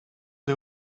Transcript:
the